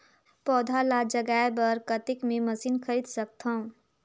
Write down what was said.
पौधा ल जगाय बर कतेक मे मशीन खरीद सकथव?